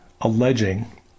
alleging